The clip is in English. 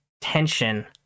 tension